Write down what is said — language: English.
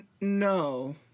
No